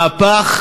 מהפך,